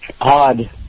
odd